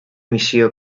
missió